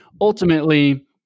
ultimately